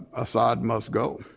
assad must go.